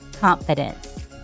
confidence